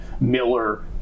Miller